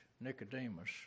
Nicodemus